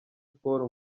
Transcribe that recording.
sport